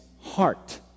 heart